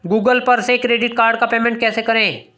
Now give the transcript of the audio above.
Google पर से credit card का पेमेंट कैसे करें?